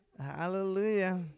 Hallelujah